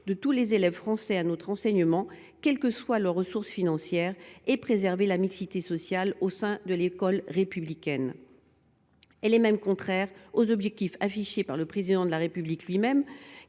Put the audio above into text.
de tous les élèves français à notre enseignement, quelles que soient leurs ressources financières, et pour préserver la mixité sociale au sein de l’école républicaine. Elle est même contraire aux objectifs affichés par le Président de République lui même,